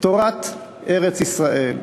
תורת ארץ-ישראל.